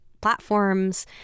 platforms